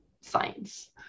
science